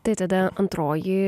tai tada antroji